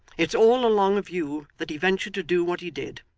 it's all along of you that he ventured to do what he did.